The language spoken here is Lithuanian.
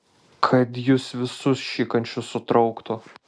kad jus visus šikančius sutrauktų